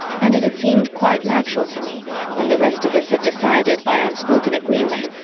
and it had seemed quite natural to me when the rest of us had decided, by unspoken agreement,